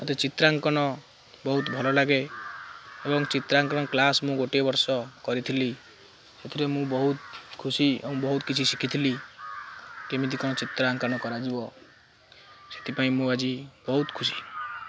ମୋତେ ଚିତ୍ରାଙ୍କନ ବହୁତ ଭଲ ଲାଗେ ଏବଂ ଚିତ୍ରାଙ୍କନ କ୍ଲାସ୍ ମୁଁ ଗୋଟିଏ ବର୍ଷ କରିଥିଲି ସେଥିରେ ମୁଁ ବହୁତ ଖୁସି ଏବଂ ବହୁତ କିଛି ଶିଖିଥିଲି କେମିତି କଣ ଚିତ୍ରାଙ୍କନ କରାଯିବ ସେଥିପାଇଁ ମୁଁ ଆଜି ବହୁତ ଖୁସି